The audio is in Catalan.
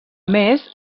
més